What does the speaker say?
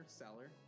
seller